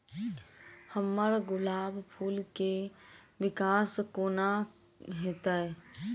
हम्मर गुलाब फूल केँ विकास कोना हेतै?